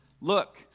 Look